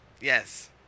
Yes